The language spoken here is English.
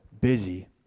busy